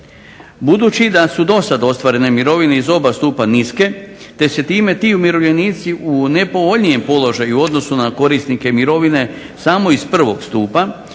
Budući da su do sada ostvarene mirovine iz oba stupa niske, te se time ti umirovljenici u nepovoljnijem položaju u odnosu na korisnike mirovine samo iz prvog stupa,